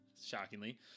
shockingly